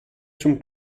zum